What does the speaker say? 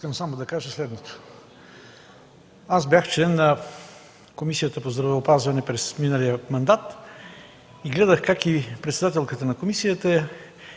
Искам само да кажа следното: аз бях член на Комисията по здравеопазване през миналия мандат и гледах как и председателката на комисията,